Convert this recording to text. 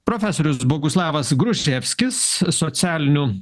profesorius boguslavas gruževskis socialinių